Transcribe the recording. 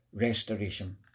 restoration